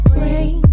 rain